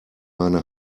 meine